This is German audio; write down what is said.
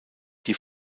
die